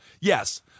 Yes